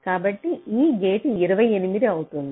కాబట్టి ఈ గేట్ 28 అవుతుంది